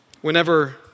Whenever